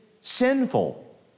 sinful